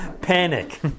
Panic